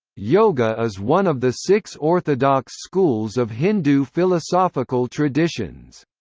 yoga is one of the six orthodox schools of hindu philosophical traditions.